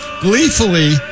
gleefully